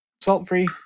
Salt-free